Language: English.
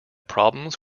problems